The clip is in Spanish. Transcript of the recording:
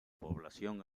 población